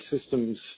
systems